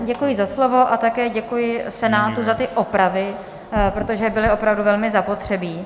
Děkuji za slovo a taky děkuji Senátu za ty opravy, protože byly opravdu velmi zapotřebí.